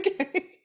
okay